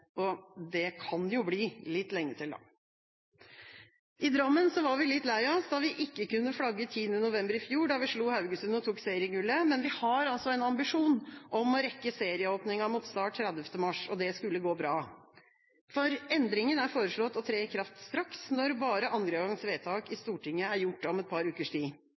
og det kan jo bli litt lenge til, da. I Drammen var vi litt lei oss da vi ikke kunne flagge 10. november i fjor da vi slo Haugesund og tok seriegullet, men vi har altså en ambisjon om å rekke serieåpningen mot Start 30. mars. Det skulle gå bra, for endringen er foreslått å tre i kraft straks, når bare andre gangs vedtak i Stortinget er gjort om et par ukers tid.